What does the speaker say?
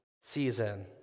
season